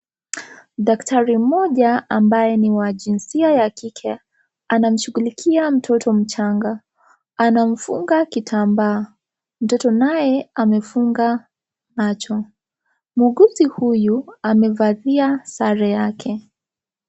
Daktari mmoja, ambaye ni wa jinsia ya kike, anamshughulikia mtoto mchanga. Anamfunga kitambaa. Mtoto naye, amefunga macho. Muuguzi huyu, amevalia sare yake.